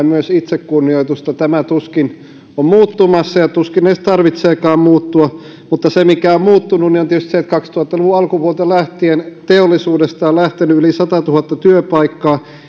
myös itsekunnioitusta tämä tuskin on muuttumassa ja tuskin sen edes tarvitseekaan muuttua mutta se mikä on muuttunut on tietysti se että kaksituhatta luvun alkupuolelta lähtien teollisuudesta on lähtenyt yli satatuhatta työpaikkaa